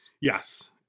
Yes